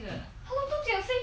我们都讲是一个